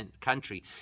country